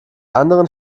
anderen